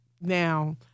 now